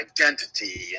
identity